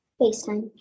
FaceTime